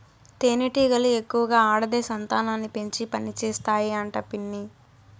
తేనెటీగలు ఎక్కువగా ఆడదే సంతానాన్ని పెంచి పనిచేస్తాయి అంట పిన్ని